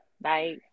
Bye